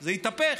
זה התהפך,